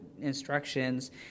instructions